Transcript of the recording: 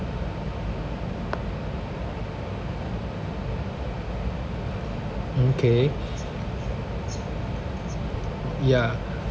mm K ya